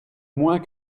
moins